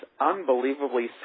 unbelievably